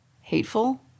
hateful